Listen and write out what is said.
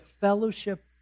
fellowship